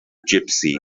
gypsy